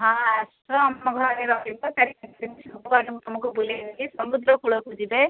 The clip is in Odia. ହଁ ଆସ ଆମ ଘରେ ରହିବ ଚାରି ପାଞ୍ଚ ଦିନ ସବୁଆଡ଼େ ମୁଁ ତୁମକୁ ବୁଲେଇ ଦେବି ସମୁଦ୍ର କୂଳକୁ ଯିବେ